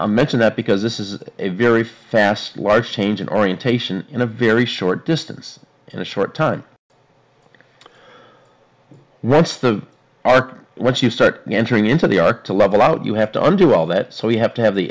i mentioned that because this is a very fast life changing orientation in a very short distance in a short time once the arc once you start entering into the arc to level out you have to under all that so you have to have the